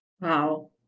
wow